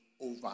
over